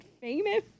famous